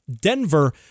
Denver